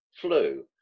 flu